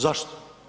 Zašto?